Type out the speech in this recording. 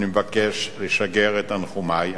אני מבקש לשגר את תנחומי הכנים,